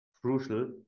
crucial